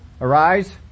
Arise